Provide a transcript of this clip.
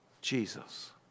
jesus